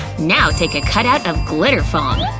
now take a cut-out of glitter foam.